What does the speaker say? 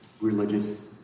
religious